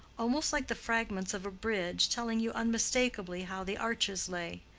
almost like the fragments of a bridge, telling you unmistakably how the arches lay.